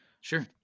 Sure